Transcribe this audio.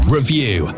Review